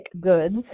goods